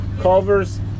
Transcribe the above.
Culver's